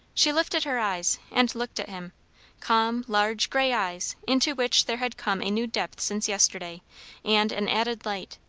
she lifted her eyes and looked at him calm, large, grey eyes, into which there had come a new depth since yesterday and an added light.